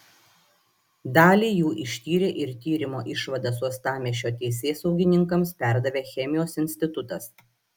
dalį jų ištyrė ir tyrimo išvadas uostamiesčio teisėsaugininkams perdavė chemijos institutas